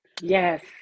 yes